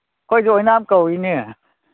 ꯑꯩꯈꯣꯏꯁꯨ ꯑꯣꯏꯅꯥꯝ ꯀꯧꯋꯤꯅꯦ